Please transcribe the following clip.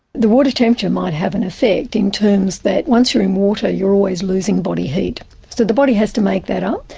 the water temperature may have an effect in terms that once you're in water you're always losing body heat. so the body has to make that up.